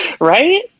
right